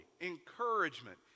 encouragement